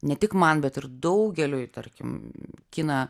ne tik man bet ir daugeliui tarkim kiną